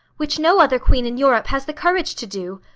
which no other queen in europe has the courage to do.